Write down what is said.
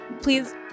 Please